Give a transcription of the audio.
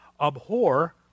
Abhor